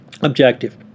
objective